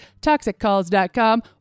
ToxicCalls.com